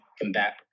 combat